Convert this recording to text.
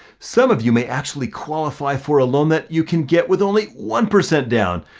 some of you may actually qualify for a loan that you can get with only one percent down.